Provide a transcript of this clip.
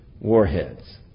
warheads